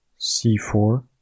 C4